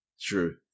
True